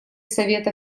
совета